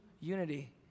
unity